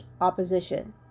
opposition